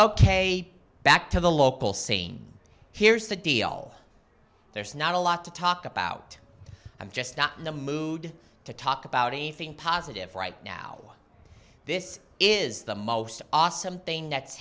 ok back to the local scene here's the deal there's not a lot to talk about i'm just not in the mood to talk about anything positive right now this is the most awesome thing that's